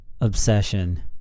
obsession